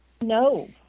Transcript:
No